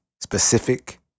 specific